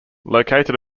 located